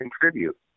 contribute